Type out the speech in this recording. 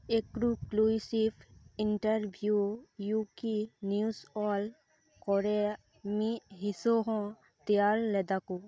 exclusive interview ᱤᱭᱩᱠᱤ news ᱚᱞ ᱠᱚᱨᱮᱭᱟᱜ ᱢᱤᱫ ᱦᱤᱸᱥ ᱦᱚᱸ ᱛᱮᱭᱟᱨ ᱞᱮᱫᱟ ᱠᱚ